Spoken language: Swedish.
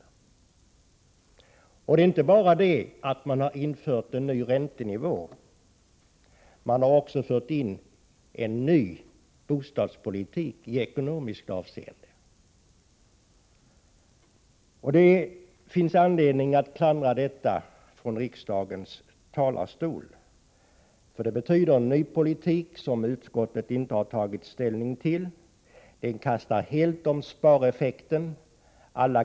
Det är inte bara det att man inför en ny räntenivå — man inför därmed också en ny bostadspolitik i ekonomiskt avseende. Det finns anledning att klandra detta från riksdagens talarstol. Det betyder en ny politik som utskottet inte haft möjlighet att ta ställning till. Det ändrar helt spareffekten.